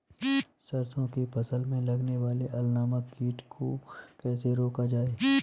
सरसों की फसल में लगने वाले अल नामक कीट को कैसे रोका जाए?